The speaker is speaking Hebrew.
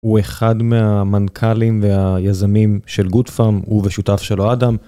הוא אחד מהמנכ״לים והיזמים של גוד פארם הוא ושותף שלו אדם.